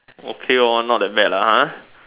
okay lor not that bad lah uh